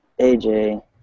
AJ